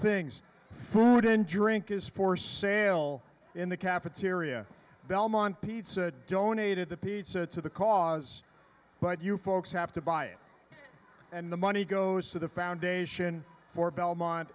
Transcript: things food and drink is for sale in the cafeteria belmont pizza donated the pizza to the cause but you folks have to buy it and the money goes to the foundation for belmont